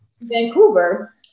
Vancouver